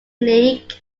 league